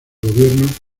gobierno